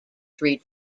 three